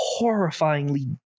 horrifyingly